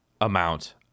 amount